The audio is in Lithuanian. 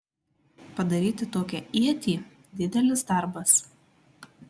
padaryti tokią ietį didelis darbas